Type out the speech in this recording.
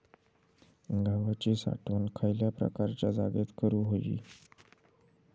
गव्हाची साठवण खयल्या प्रकारच्या जागेत करू होई?